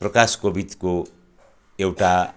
प्रकाश कोविदको एउटा